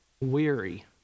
weary